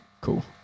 Cool